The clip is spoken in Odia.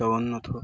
ଜଗନ୍ନାଥ